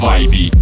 Vibe